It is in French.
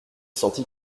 senti